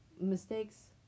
mistakes